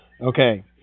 Okay